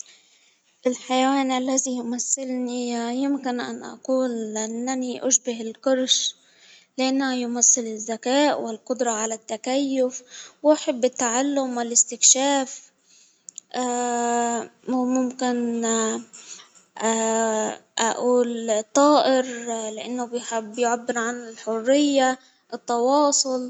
الحيوان الذي يمثلني يمكن أن أقول أنني أشبه القرش، لأنه يمثل الذكاء والقدرة على التكيف، وأحب التعلم والإستكشاف، وممكن أقول طائر لأنه بيعبر عن الحرية التواصل.